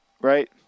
right